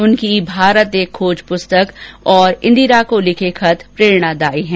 उनकी भारत एक खोज पुस्तक और इंदिरा को लिखे खत प्रेरणादायी है